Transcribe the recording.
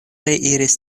reiris